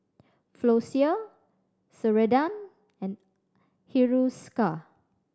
Floxia Ceradan and Hiruscar